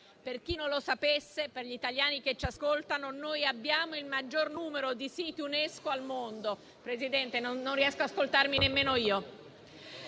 Per chi non lo sapesse, per gli italiani che ci ascoltano, noi abbiamo il maggior numero di siti UNESCO al mondo. *(Brusìo)*. Presidente, non riesco ad ascoltarmi nemmeno io.